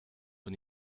von